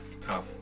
Tough